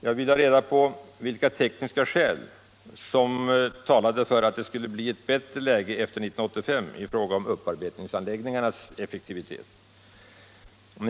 Jag vill ha reda på vilka tekniska skäl som talade för att det skulle bli ett bättre läge efter 1985 i fråga om upparbetningsanläggningarnas effektivitet.